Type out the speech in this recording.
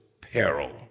peril